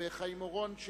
חבר הכנסת חיים אורון,